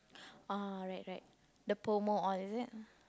ah right right the Pomo all is it